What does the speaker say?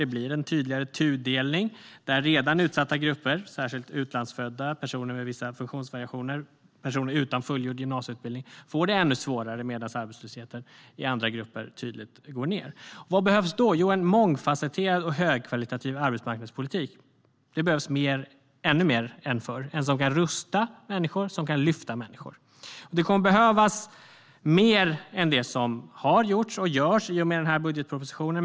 Det blir en tydligare tudelning när redan utsatta grupper, särskilt utlandsfödda personer med vissa funktionsvariationer och personer utan fullgjord gymnasieutbildning, får det ännu svårare, medan arbetslösheten i andra grupper tydligt går ned. Vad behövs då? Jo, det behövs en mångfasetterad och högkvalitativ arbetsmarknadspolitik, ännu mer än förr, som kan rusta och lyfta människor. Det kommer att behövas mer än det som har gjorts och görs i och med den här budgetpropositionen.